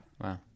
Wow